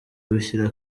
bishyira